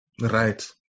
Right